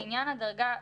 לעניין הדרגה,